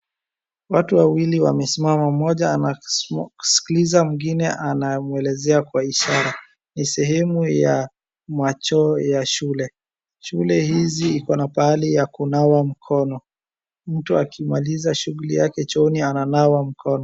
Watu wawili wamesimama. Mmoja anaskiliza mwingine ana mwelezea kwa ishara. Ni sehemu ya machoo ya shule. Shule hizi iko na pahali ya kunawa mkono. Mtu akimaliza shughuli yake chooni ana nawa mkono.